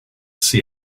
see